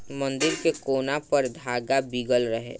मंदिर के कोना पर धागा बीगल रहे